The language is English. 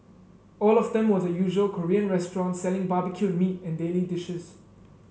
all of them were the usual Korean restaurants selling barbecued meat and daily dishes